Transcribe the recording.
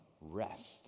rest